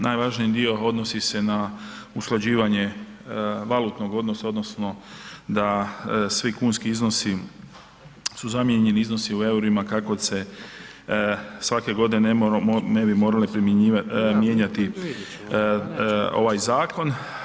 Najvažniji dio odnosi se na usklađivanje valutnog odnosa odnosno da svi kunski iznosi su zamijenjeni iznosima u eurima kako se svake godine ne bi morale mijenjati ovaj zakon.